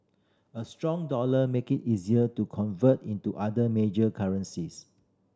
a strong dollar make it easier to convert into other major currencies